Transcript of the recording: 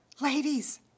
Ladies